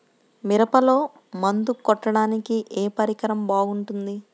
మిరపలో మందు కొట్టాడానికి ఏ పరికరం బాగుంటుంది?